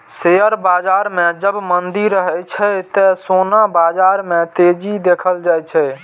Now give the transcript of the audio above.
share बाजार मे जब मंदी रहै छै, ते सोना बाजार मे तेजी देखल जाए छै